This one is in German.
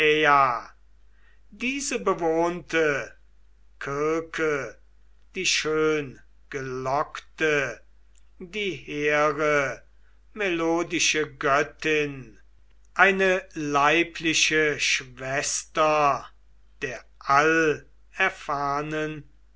diese bewohnte kirke die schöngelockte die hehre melodische göttin eine leibliche schwester des